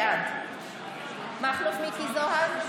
בעד מכלוף מיקי זוהר,